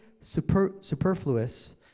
superfluous